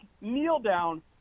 kneel-down